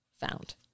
found